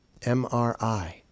MRI